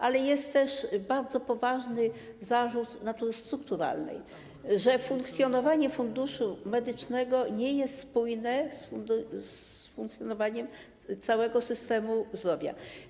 Ale jest też bardzo poważny zarzut natury strukturalnej, że funkcjonowanie Funduszu Medycznego nie jest spójne z funkcjonowaniem całego systemu zdrowia.